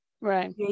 right